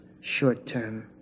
short-term